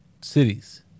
cities